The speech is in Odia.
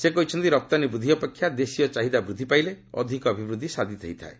ସେ କହିଛନ୍ତି ରପ୍ତାନୀ ବୃଦ୍ଧି ଅପେକ୍ଷା ଦେଶୀୟ ଚାହିଦା ବୃଦ୍ଧି ପାଇଲେ ଅଧିକ ଅଭିବୃଦ୍ଧି ସାଧିତ ହୋଇଥାଏ